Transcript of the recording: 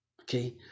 okay